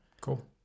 Cool